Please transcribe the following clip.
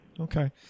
Okay